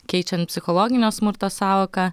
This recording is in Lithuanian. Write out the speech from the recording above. keičiant psichologinio smurto sąvoką